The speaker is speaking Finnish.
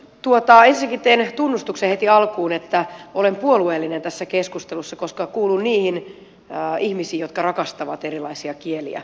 ensinnäkin teen tunnustuksen heti alkuun että olen puolueellinen tässä keskustelussa koska kuulun niihin ihmisiin jotka rakastavat erilaisia kieliä